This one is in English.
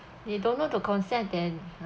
they don't know the concept then